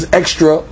extra